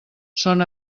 són